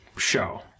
show